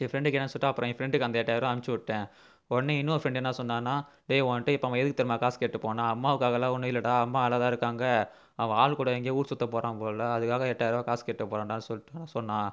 சரி ஃப்ரெண்டுக்கு என்னனு சொல்லிவிட்டு அப்புறம் என் ஃப்ரெண்டுக்கு அந்த எட்டாயிர ரூபாய அனுப்சுட்டேன் உடனே இன்னொரு ஃப்ரெண்டு என்ன சொன்னான்னால் டேய் உன்கிட்ட இப்போது அவன் எதுக்கு தெரியுமா காசு கேட்டு போனான் அம்மாவுக்காகவெலாம் ஒன்றும் இல்லைடா அம்மா நல்லாதான் இருக்காங்க அவன் ஆள் கூட எங்கேயோ ஊர் சுத்த போறான் போல அதுக்காக எட்டாயர் ரூவா காசு கேட்டு போகிறான்டா சொல்லிவிட்டு சொன்னான்